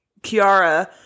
Kiara